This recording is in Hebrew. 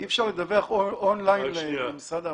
אי אפשר לדווח און-ליין למשרד העבודה?